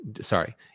Sorry